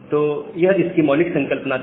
तो यह इसकी मौलिक संकल्पना थी